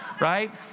right